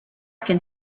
can